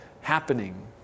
happening